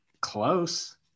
Close